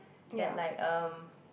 that like um